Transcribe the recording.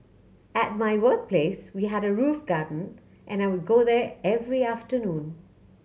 at my workplace we had a roof garden and I would go there every afternoon